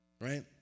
Right